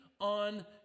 on